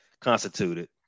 constituted